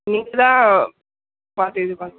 நீங்கள்தான் பார்த்து இது பண்ணணும்